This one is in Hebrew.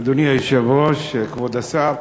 אדוני היושב-ראש, כבוד השר,